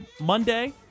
Monday